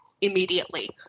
immediately